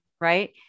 right